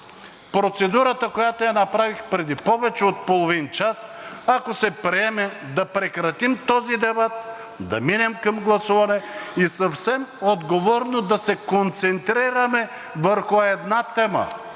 процедурата, която направих преди повече от половин час. Ако се приеме, да прекратим този дебат, да минем към гласуване и съвсем отговорно да се концентрираме върху една-единствена